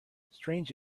strange